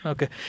Okay